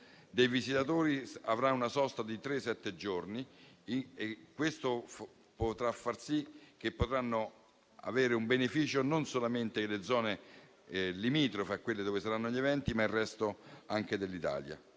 dei visitatori avrà una sosta di tre-sette giorni e questo farà sì che potranno avere un beneficio non solamente le zone limitrofe a quelle dove saranno gli eventi ma anche il resto d'Italia,